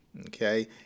okay